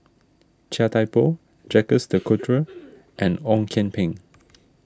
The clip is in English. Chia Thye Poh Jacques De Coutre and Ong Kian Peng